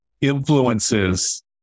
influences